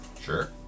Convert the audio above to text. Sure